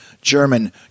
German